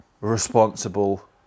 responsible